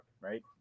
right